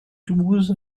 douze